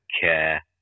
care